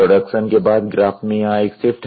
production के बाद graph में यहाँ एक शिफ्ट है